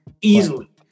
Easily